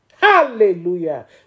Hallelujah